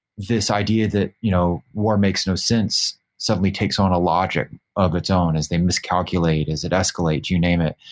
this idea that you know war makes no sense suddenly takes on a logic of its own as they miscalculate, as it escalates, you name it.